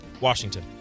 Washington